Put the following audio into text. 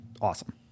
awesome